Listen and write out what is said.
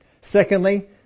Secondly